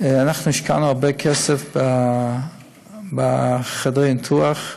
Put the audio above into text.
אנחנו השקענו הרבה כסף בחדרי הניתוח.